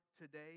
today